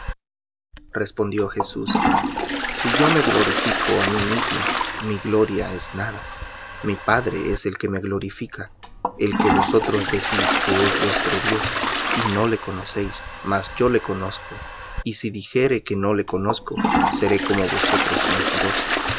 respondió jesús si yo me glorifico á mí mismo mi gloria es nada mi padre es el que me glorifica el que vosotros decís que es vuestro dios y no le conocéis mas yo le conozco y si dijere que no le conozco seré como vosotros mentiroso